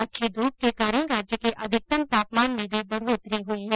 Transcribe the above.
अच्छी धूप के कारण राज्य के अधिकतम तापमान में भी बढोतरी हुई है